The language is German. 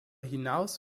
hinaus